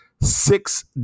six